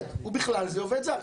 ובכלל זה עובד זר.